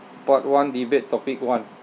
part one debate topic one